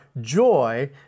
joy